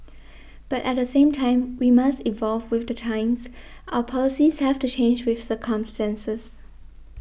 but at the same time we must evolve with the times our policies have to change with circumstances